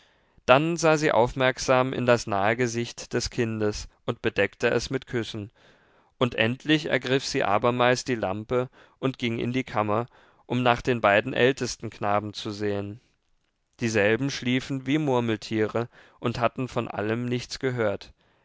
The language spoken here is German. dann sah sie aufmerksam in das nahe gesicht des kindes und bedeckte es mit küssen und endlich ergriff sie abermals die lampe und ging in die kammer um nach den beiden ältesten knaben zu sehen dieselben schliefen wie murmeltiere und hatten von allem nichts gehört